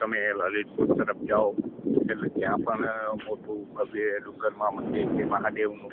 તમે લલિતપુર તરફ જાઓ એટલે ત્યાં પણ મોટું ડુંગરમાં ભવ્ય મંદિર છે મહાદેવનું